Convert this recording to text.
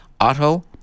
auto